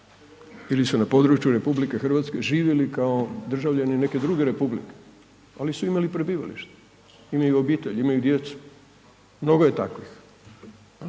ili su na području RH živjeli kao državljani neke druge republike oni su imali prebivalište, imaju obitelj, imaju djecu, mnogo je takvih,